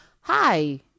hi